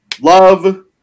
love